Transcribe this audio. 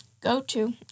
Go-to